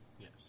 Yes